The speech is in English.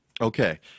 okay